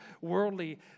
worldly